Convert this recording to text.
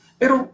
pero